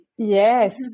yes